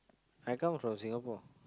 I come from Singapore